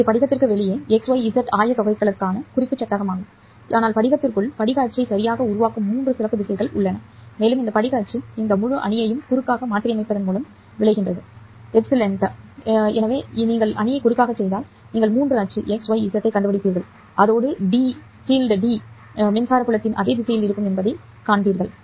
இது படிகத்திற்கு வெளியே xyz ஆயத்தொகைகளுக்கான குறிப்புச் சட்டமாகும் ஆனால் படிகத்திற்குள் படிக அச்சை சரியாக உருவாக்கும் மூன்று சிறப்பு திசைகள் உள்ளன மேலும் இந்த படிக அச்சு இந்த முழு அணியையும் குறுக்காக மாற்றியமைப்பதன் விளைவாகும் ε சரி எனவே நீங்கள் அணியை குறுக்காக செய்தால் நீங்கள் 3 அச்சு X Y Z ஐக் கண்டுபிடிப்பீர்கள் அதோடு fieldD புலம் மின்சார புலத்தின் அதே திசையில் இருக்கும் என்பதைக் காண்பீர்கள்